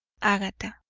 agatha.